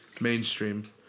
mainstream